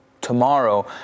tomorrow